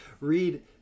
read